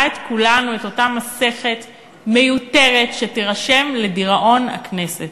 את כולנו את אותה מסכת מיותרת שתירשם לדיראון הכנסת.